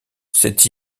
c’est